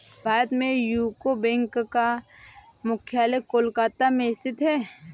भारत में UCO bank का मुख्यालय कोलकाता में स्थित है